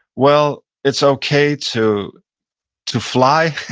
well, it's okay to to fly.